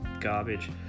garbage